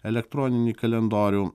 elektroninį kalendorių